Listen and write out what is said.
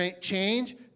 change